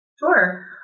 Sure